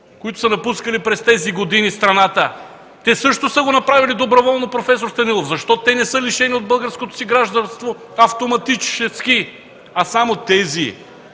които са напускали през тези години страната – те също са го направили доброволно, проф. Станилов. Защо те не са лишени от българското си гражданство автоматически, а само тези?